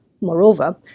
Moreover